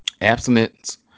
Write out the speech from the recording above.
abstinence